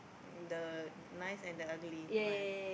the nice and the ugly one